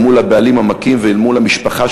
אל מול הבעלים המכים ואל מול המשפחה,